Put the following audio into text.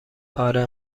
اره